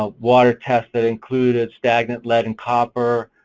ah water test that included stagnant, lead and copper,